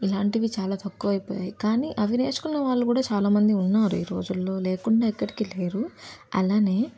ఇలాంటివి చాలా తక్కువ అయిపోయాయి కానీ అవి నేర్చుకున్న వాళ్ళు కూడా చాలా మంది ఉన్నారు ఈ రోజుల్లో లేకుండా ఎక్కడికి లేరు అలానే